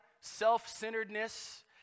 self-centeredness